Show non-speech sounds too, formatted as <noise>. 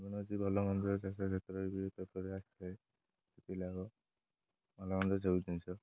<unintelligible>